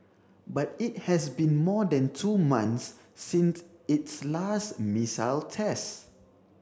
but it has been more than two months since its last missile test